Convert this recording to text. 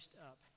up